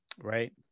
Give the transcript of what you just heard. Right